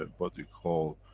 and but you call,